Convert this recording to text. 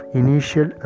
initial